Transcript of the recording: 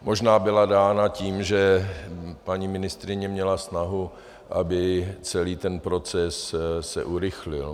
Možná byla dána tím, že paní ministryně měla snahu, aby se ten celý proces urychlil.